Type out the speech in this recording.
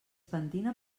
pentina